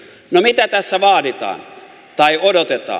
no mitä tässä vaaditaan tai odotetaan